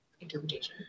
interpretation